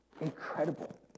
incredible